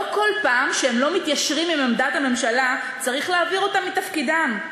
לא כל פעם שהם לא מתיישרים עם עמדת הממשלה צריך להעביר אותם מתפקידם.